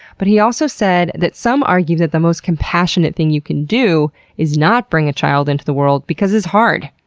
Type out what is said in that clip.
but he also said that some argue that the most compassionate thing you can do is not bring a child into the world because it's hard.